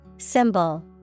Symbol